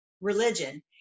religion